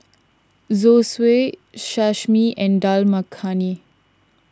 Zosui Sashimi and Dal Makhani